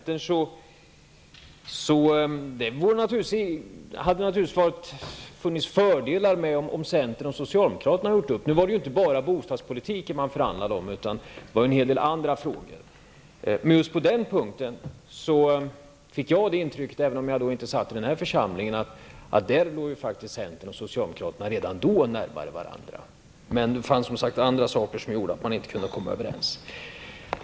Herr talman! Några ord om skatteuppgörelsen och centern. Naturligtvis skulle det ha inneburit fördelar om centern och socialdemokraterna hade gjort upp. Nu var det i och för sig inte bara bostadspolitiken som man förhandlade om, utan det gällde en hel del andra frågor också. Men just på den punkten hade jag ett intryck, även om jag då inte satt med i den här församlingen, av att centern och socialdemokraterna redan då låg närmare varandra. Men det fanns, som sagt, andra saker som gjorde att man inte kunde komma överens.